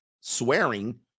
swearing